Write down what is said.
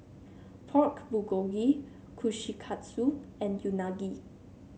Pork Bulgogi Kushikatsu and Unagi